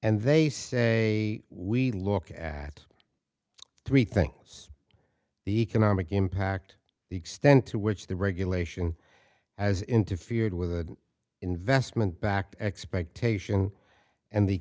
and they say we look at three things the economic impact the extent to which the regulation as interfered with the investment backed expectation and the